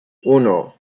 uno